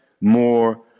More